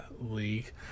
league